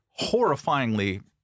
horrifyingly